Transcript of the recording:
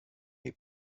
les